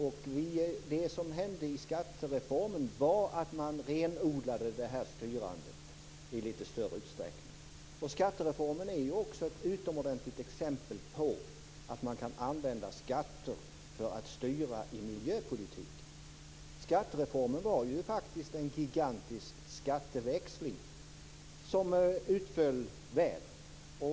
Det som hände i skattereformen var att man renodlade styrandet i litet större utsträckning. Skattereformen är också ett utomordentligt exempel på att man kan använda skatter för att styra i miljöpolitiken. Skattereformen var faktiskt en gigantisk skatteväxling som utföll väl.